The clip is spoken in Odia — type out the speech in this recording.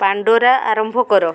ପାଣ୍ଡୋରା ଆରମ୍ଭ କର